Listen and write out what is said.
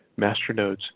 Masternodes